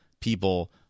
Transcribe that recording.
people